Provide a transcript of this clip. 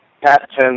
captain